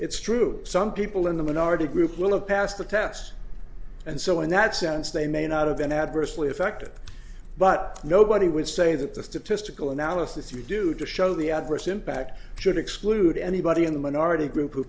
it's true some people in the minority group will have passed the test and so in that sense they may not have been adversely affected but nobody would say that the statistical analysis you do to show the adverse impact should exclude anybody in the minority group who